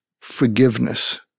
forgiveness